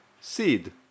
seed